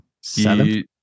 seven